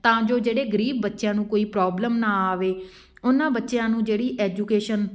ਤਾਂ ਜੋ ਜਿਹੜੇ ਗਰੀਬ ਬੱਚਿਆਂ ਨੂੰ ਕੋਈ ਪ੍ਰੋਬਲਮ ਨਾ ਆਵੇ ਉਹਨਾਂ ਬੱਚਿਆਂ ਨੂੰ ਜਿਹੜੀ ਐਜੂਕੇਸ਼ਨ